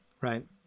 right